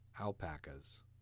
alpacas